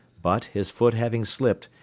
but, his foot having slipped,